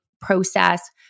process